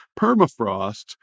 permafrost